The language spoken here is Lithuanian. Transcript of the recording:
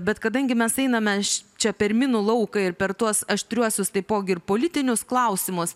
bet kadangi mes einame čia per minų lauką ir per tuos aštriuosius taipogi ir politinius klausimus